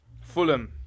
Fulham